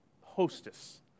hostess